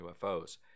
UFOs